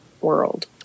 world